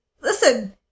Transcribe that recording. Listen